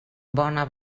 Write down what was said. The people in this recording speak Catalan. bona